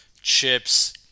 chips